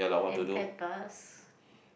and pay bus